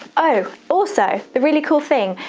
oh, also, the really cool thing,